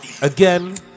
Again